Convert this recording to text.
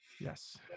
yes